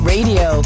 Radio